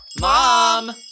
Mom